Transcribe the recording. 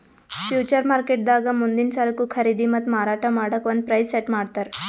future ಮಾರ್ಕೆಟ್ದಾಗ್ ಮುಂದಿನ್ ಸರಕು ಖರೀದಿ ಮತ್ತ್ ಮಾರಾಟ್ ಮಾಡಕ್ಕ್ ಒಂದ್ ಪ್ರೈಸ್ ಸೆಟ್ ಮಾಡ್ತರ್